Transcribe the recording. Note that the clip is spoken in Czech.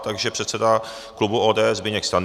Takže předseda klubu ODS Zbyněk Stanjura.